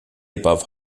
above